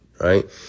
right